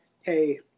hey